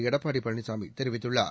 எடப்பாடி பழனிசாமி தெரிவித்துள்ளார்